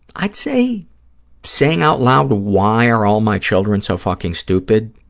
i'd say saying out loud, why are all my children so fucking stupid,